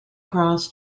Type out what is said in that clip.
cross